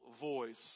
voice